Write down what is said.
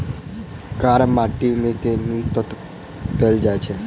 कार्य माटि मे केँ कुन तत्व पैल जाय छै?